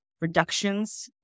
reductions